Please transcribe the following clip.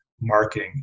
marking